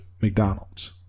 McDonald's